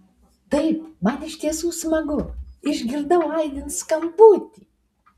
taip man iš tiesų smagu išgirdau aidint skambutį